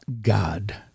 God